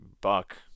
buck